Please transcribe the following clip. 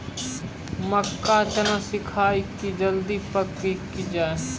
मक्का चना सिखाइए कि जल्दी पक की जय?